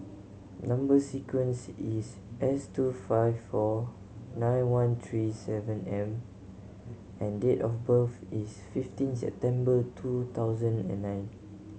number sequence is S two five four nine one three seven M and date of birth is fifteen September two thousand and nine